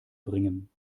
bringen